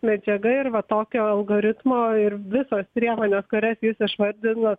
medžiaga ir va tokio algoritmo ir visos priemonės kurias jūs išvardinot